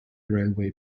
railway